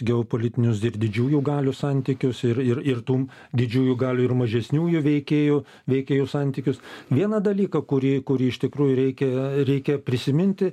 geopolitinius ir didžiųjų galių santykius ir ir ir tų didžiųjų galių ir mažesniųjų veikėjų veikėjų santykius vieną dalyką kurį kuri iš tikrųjų reikia reikia prisiminti